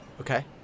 Okay